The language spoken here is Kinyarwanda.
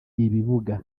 ibibuga